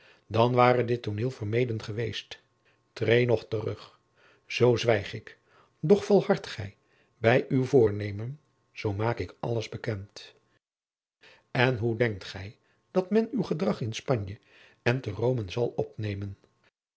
dan ware dit tooneel vermeden geweest treê nog terug zoo zwijg ik doch volhardt gij bij uw voornemen zoo maak ik alles bekend en hoe denkt gij dat men uw gedrag in spanje en te rome zal opnemen